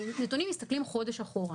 הנתונים מסתכלים חודש אחורה.